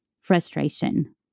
frustration